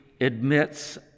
admits